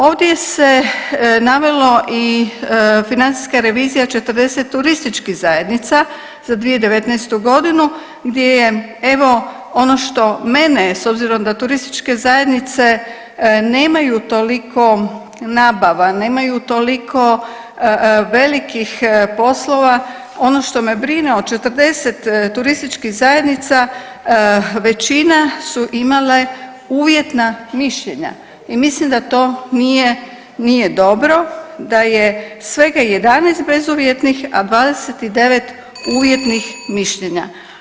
Ovdje se navelo i financijska revizija 40 turističkih zajednica za 2019. g. gdje je evo, ono što mene, s obzirom da turističke zajednice nemaju toliko nabava, nemaju toliko velikih poslova, ono što me brine, od 40 turističkih zajednica, većina su imale uvjetna mišljenja i mislim da to nije dobro, da je svega 11 bezuvjetnih, a 29 uvjetnih mišljenja.